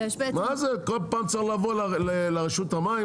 מה זה, כל פעם צריך לבוא לרשות המים.